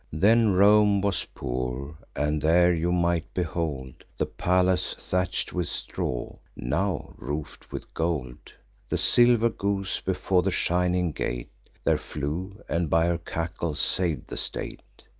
then rome was poor and there you might behold the palace thatch'd with straw, now roof'd with gold the silver goose before the shining gate there flew, and, by her cackle, sav'd the state.